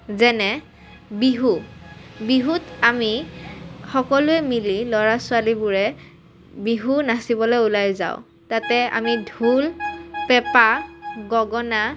যেনে বিহু বিহুত আমি সকলোৱে মিলি ল'ৰা ছোৱালীবোৰে বিহু নাচিবলৈ ওলাই যাওঁ তাতে আমি ঢোল পেঁপা গগনা